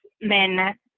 men